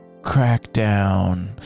Crackdown